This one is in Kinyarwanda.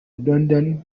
rwandan